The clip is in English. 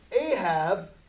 Ahab